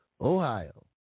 Ohio